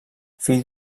fill